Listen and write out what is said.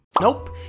Nope